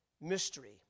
mystery